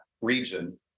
region